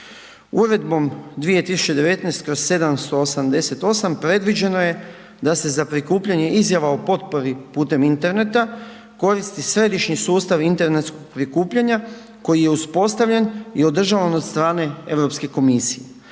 Uredbom 2019/788 predviđeno je da se za prikupljanje izjava o potpori putem interneta koristi središnji sustav internetskog prikupljanja koji je uspostavljen i održavan od strane Europske komisije.